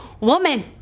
woman